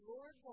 Lord